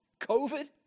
COVID